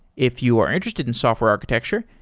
if you are interested in software architecture,